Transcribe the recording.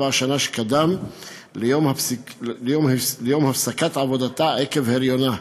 השנה שקדם ליום הפסקת עבודתה עקב הריונה,